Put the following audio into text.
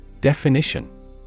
Definition